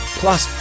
plus